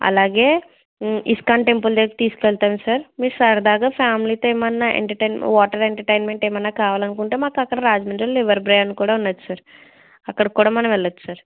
అలాగే ఇస్కాన్ టెంపుల్ దగ్గరకి తీసుకువెళతాము సార్ మీరు సరదాగా ఫ్యామిలీతో ఏమైనా ఎంటర్టైన్ వాటర్ ఎంటర్టైన్మెంట్ ఏమైనా కావాలనుకుంటే మాకు అక్కడ రాజమండ్రిలో రివర్ బే అని కూడా ఉన్నది సార్ అక్కడకి కూడా మనం వెళ్ళవచ్చు సార్